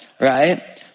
Right